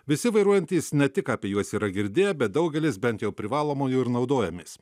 visi vairuojantys ne tik apie juos yra girdėję bet daugelis bent jau privalomuoju ir naudojamės